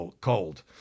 cold